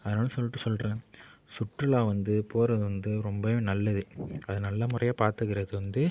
அதனால் சொல்லிட்டு சொல்கிறேன் சுற்றுலா வந்து போகிறது வந்து ரொம்ப நல்லது அது நல்ல முறையாக பார்த்துக்கிறது வந்து